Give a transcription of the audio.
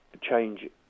change